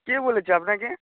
কে বলেছে আপনাকে